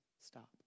stop